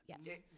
yes